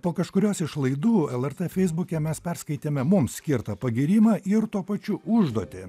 po kažkurios iš laidų lrt feisbuke mes perskaitėme mums skirtą pagyrimą ir tuo pačiu užduotį